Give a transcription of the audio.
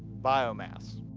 biomass.